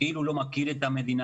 כאילו לא מכיר את המדינה.